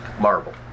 marble